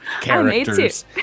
characters